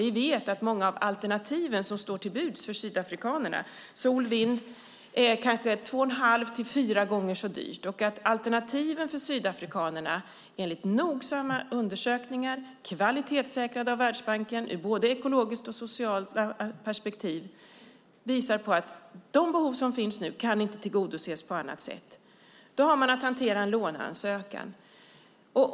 Vi vet att många av de alternativ som står till buds för sydafrikanerna, som sol och vind, är uppemot två och en halv till fyra gånger så dyra och att dessa alternativ enligt noggranna undersökningar, som är kvalitetssäkrade av Världsbanken ur både ekologiskt och socialt perspektiv, inte kan tillgodose det behov som finns. Alltså hade vi att hantera en låneansökan för ett kolkraftverk.